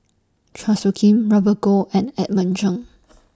Chua Soo Khim Robert Goh and Edmund Cheng